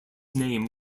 name